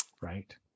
right